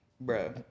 bro